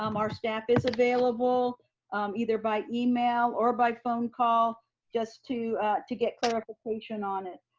um our staff is available either by email or by phone call just to to get clarification on it.